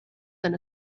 than